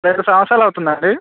రెండు సంవత్సరాలు అవుతుంది అండి